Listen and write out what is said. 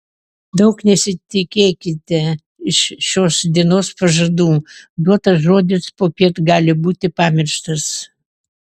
daug nesitikėkite iš šios dienos pažadų duotas žodis popiet gali būti pamirštas